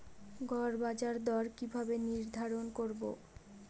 গড় বাজার দর কিভাবে নির্ধারণ করব?